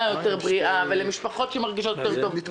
בריאה יותר ולמשפחות שמרגישות טוב יותר,